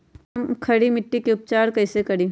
हम खड़ी मिट्टी के उपचार कईसे करी?